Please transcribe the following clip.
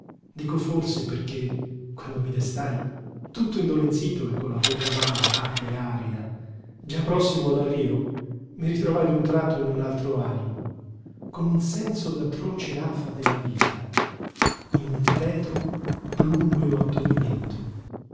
dico forse perché quando mi destai tutto indolenzito e con la bocca amara acre e arida già prossimo all'arrivo mi ritrovai d'un tratto in tutt'altro animo con un senso d'atroce afa della vita in un tetro plumbeo